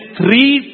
three